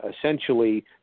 essentially